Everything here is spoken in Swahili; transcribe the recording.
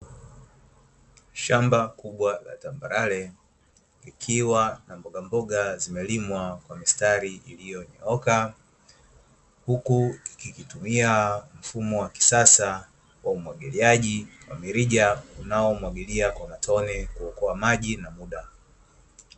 Shamba kubwa la tambarale likiwa na mboga mboga zimelimwa kwa mistari iliyo nyooka, huku ikitumia mfumo wa kisasa wa umwagiliaji wamilija unaomwagilia kwa matone kuokoa maji na muda.